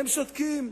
והם שותקים.